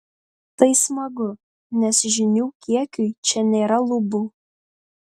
tai smagu nes žinių kiekiui čia nėra lubų